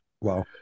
Wow